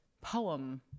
poem